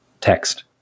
text